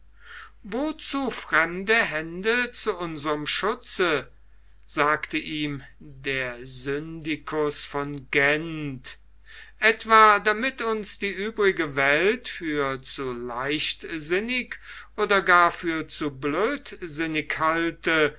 wozu fremde hände zu unserm schutze sagte ihm der syndikus von gent etwa damit uns die übrige welt für zu leichtsinnig oder gar für zu blödsinnig halte